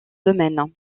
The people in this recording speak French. domaine